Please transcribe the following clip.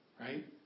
right